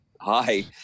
hi